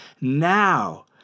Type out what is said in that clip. Now